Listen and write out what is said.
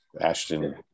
Ashton